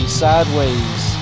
sideways